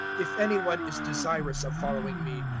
if any one is desirous of following me,